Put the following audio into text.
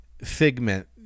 Figment